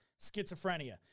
schizophrenia